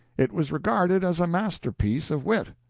it was regarded as a masterpiece of wit.